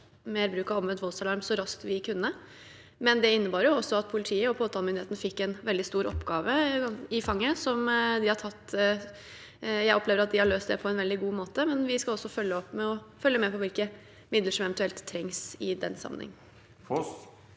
mer bruk av omvendt voldsalarm så raskt vi kunne, men det innebar også at politiet og påtalemyndigheten fikk en veldig stor oppgave i fanget. Jeg opplever at de har løst det på en veldig god måte, men vi skal også følge opp ved å følge med på hvilke midler som eventuelt trengs i den sammenheng.